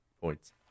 Points